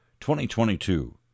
2022